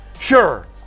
Sure